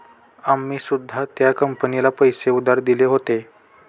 आम्ही सुद्धा त्या कंपनीला पैसे उधार दिले होते